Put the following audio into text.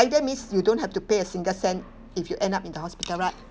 rider means you don't have to pay a single cent if you end up in the hospital right